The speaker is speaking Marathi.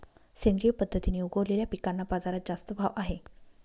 सेंद्रिय पद्धतीने उगवलेल्या पिकांना बाजारात जास्त भाव आहे